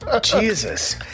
Jesus